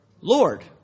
Lord